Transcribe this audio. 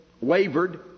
wavered